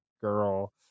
girl